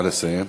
נא לסיים.